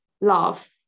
love